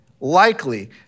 Likely